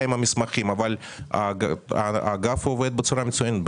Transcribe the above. עם המסמכים אבל האגף עובד בצורה מצוינת,